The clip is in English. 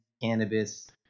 cannabis